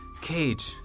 cage